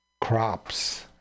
crops